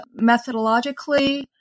methodologically